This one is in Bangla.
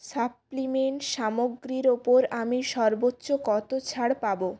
সাপ্লিমেন্ট সামগ্রীর ওপর আমি সর্বোচ্চ কত ছাড় পাবো